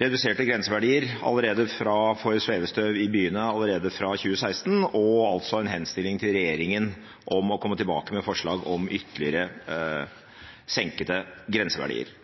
reduserte grenseverdier for svevestøv i byene allerede fra 2016 og altså en henstilling til regjeringen om å komme tilbake med forslag om ytterligere senkede grenseverdier.